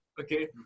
Okay